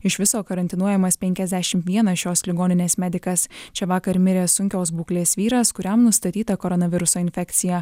iš viso karantinuojamas penkiasdešimt vienas šios ligoninės medikas čia vakar mirė sunkios būklės vyras kuriam nustatyta koronaviruso infekcija